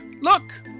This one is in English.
look